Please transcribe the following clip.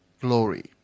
glory